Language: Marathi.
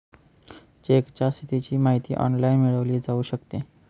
चेकच्या स्थितीची माहिती ऑनलाइन मिळवली जाऊ शकते